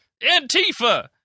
Antifa